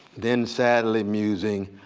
then sadly musing,